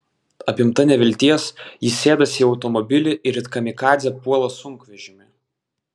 apimta nevilties ji sėdasi į automobilį ir it kamikadzė puola sunkvežimį